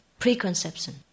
preconception